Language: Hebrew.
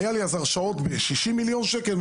היו לי אז הרשאות ב-60 מיליון שקל,